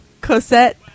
Cosette